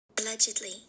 allegedly